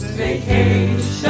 vacation